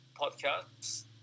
podcasts